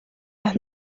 las